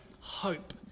hope